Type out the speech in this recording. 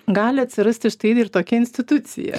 gali atsirasti štai ir tokia institucija